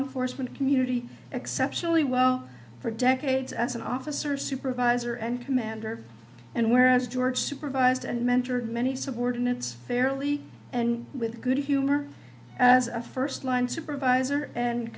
enforcement community exceptionally well for decades as an officer supervisor and commander and whereas george supervised and mentored many subordinates fairly and with good humor as a first line supervisor and